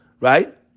right